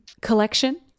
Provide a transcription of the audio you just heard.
collection